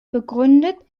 begründet